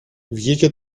βγήκε